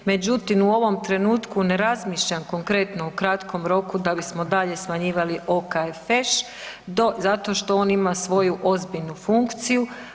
Međutim, u ovom trenutku ne razmišljam konkretno o kratkom roku da bismo dalje smanjivali OKFŠ zato što on ima svoju ozbiljnu funkciju.